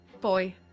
Boy